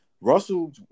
Russell